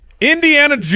Indiana